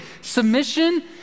Submission